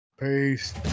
peace